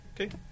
Okay